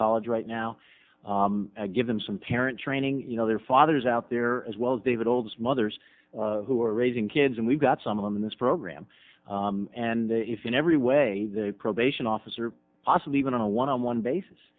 college right now give them some parent training you know their fathers out there as well as david olds mothers who are raising kids and we've got some of them in this program and if in every way the probation officer possibly even on a one on one